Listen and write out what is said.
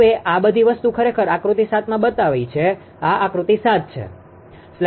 હવે આ બધી વસ્તુ ખરેખર આકૃતિ 7માં છે આ આકૃતિ 7 છે